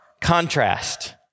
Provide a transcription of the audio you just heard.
contrast